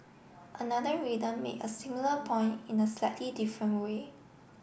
another reader made a similar point in a slightly different way